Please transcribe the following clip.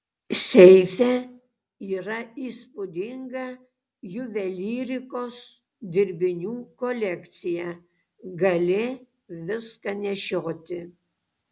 seife yra įspūdinga juvelyrikos dirbinių kolekcija gali viską nešioti